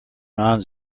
non